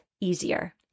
easier